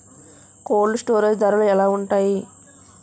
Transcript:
Cold storage ధరలు ఎలా ఉంటాయి?